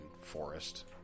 forest